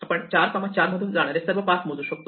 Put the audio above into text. आपण 4 4 मधून जाणारे सर्व पाथ मोजू शकतो